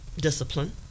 discipline